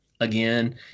again